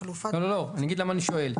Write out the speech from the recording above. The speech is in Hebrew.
אני אגיד למה אני שואל.